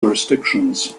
jurisdictions